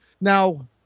Now